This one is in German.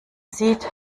sieht